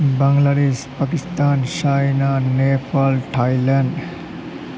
Bangladesh Pakistan China Nepal Thailand